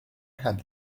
had